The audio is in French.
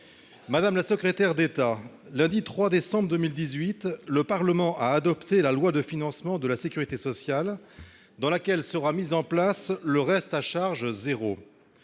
Madame la secrétaire d'État, lundi 3 décembre 2018, le Parlement a adopté la loi de financement de la sécurité sociale par laquelle sera mis en place le « reste à charge zéro